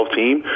team